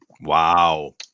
Wow